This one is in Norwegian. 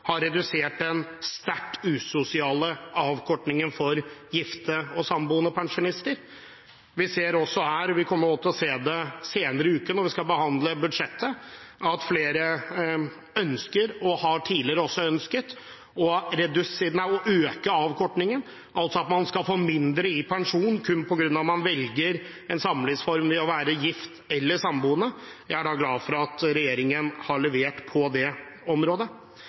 har redusert den sterkt usosiale avkortningen for gifte og samboende pensjonister. Vi ser her, og vi kommer også til å se det senere i uken når vi skal behandle budsjettet, at flere ønsker, og tidligere også har ønsket, å øke avkortningen, altså at man skal få mindre i pensjon kun på grunn av at man velger en samlivsform som gift eller samboende. Jeg er glad for at regjeringen har levert på det området.